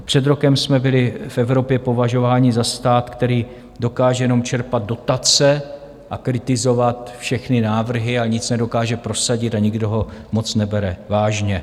Před rokem jsme byli v Evropě považováni za stát, který dokáže jenom čerpat dotace a kritizovat všechny návrhy a nic nedokáže prosadit a nikdo ho moc nebere vážně.